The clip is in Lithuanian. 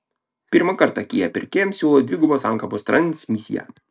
pirmą kartą kia pirkėjams siūlo dvigubos sankabos transmisiją